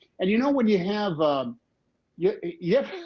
and you know when you have um yeah you ever